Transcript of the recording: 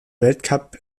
weltcup